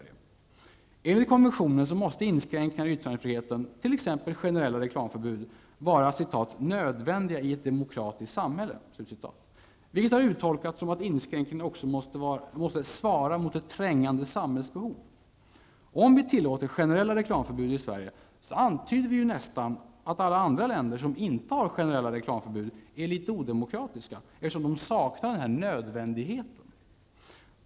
Enligt konventionen måste inskränkningar i yttrandefriheten -- t.ex. generella reklamförbud -- vara ''nödvändiga i ett demokratiskt samhälle'', vilket har uttolkats som att inskränkningen också måste ''svara mot ett trängande samhällsbehov''. Om vi tillåter generella reklamförbud i Sverige, antyder vi ju nästan att alla andra länder som inte har generella reklamförbud är odemokratiska, eftersom de saknar denna ''nödvändighet''.